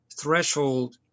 threshold